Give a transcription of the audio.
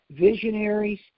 visionaries